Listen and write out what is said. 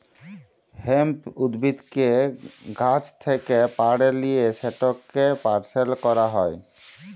hemp উদ্ভিদকে গাহাচ থ্যাকে পাড়ে লিঁয়ে সেটকে পরসেস ক্যরা হ্যয়